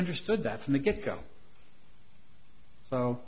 understood that from the get go so